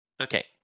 Okay